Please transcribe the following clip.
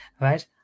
right